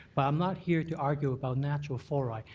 but i'm not here to argue about natural fluoride,